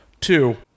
two